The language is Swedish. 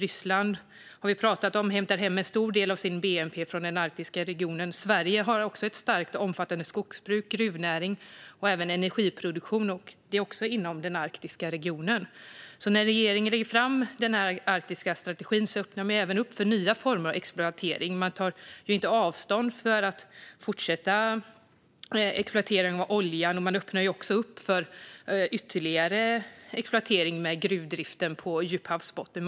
Ryssland, som vi har pratat om, hämtar hem en stor del av sin bnp från den arktiska regionen, och Sverige har också ett starkt och omfattande skogsbruk, gruvnäring och även energiproduktion i den arktiska regionen. När regeringen lägger fram den arktiska strategin öppnar man även upp för nya former av exploatering. Man tar inte avstånd från fortsatt oljeexploatering, och man öppnar också upp för ytterligare exploatering, med gruvdrift på djuphavsbotten.